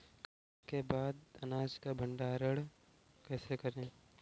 कटाई के बाद अनाज का भंडारण कैसे करें?